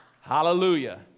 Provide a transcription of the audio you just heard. Hallelujah